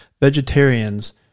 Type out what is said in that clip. vegetarians